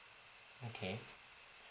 okay